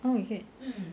oh is it